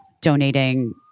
donating